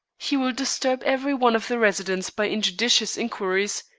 he will disturb every one of the residents by injudicious inquiries.